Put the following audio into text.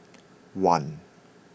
one